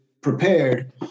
prepared